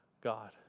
God